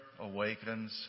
awakens